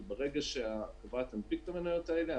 כי ברגע שהחברה תנפיק את המניות האלה,